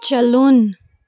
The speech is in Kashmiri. چلُن